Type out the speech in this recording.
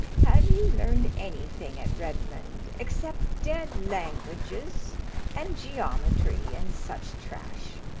have you learned anything at redmond except dead languages and geometry and such trash?